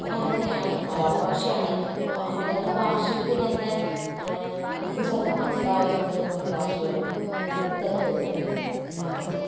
അത് അങ്ങനെയാണ് മലയാള ഭാഷയാണ് മലയാള ഭാഷയ്ക്ക് തന്നെ നമുക്ക് ചിലപ്പോൾ മനസ്സിലാവാത്ത ഒത്തിരി ഒത്തിരി ഭാഷകളും അതിൽതന്നെ വരുന്നുണ്ട് അപ്പോൾ